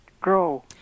grow